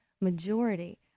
majority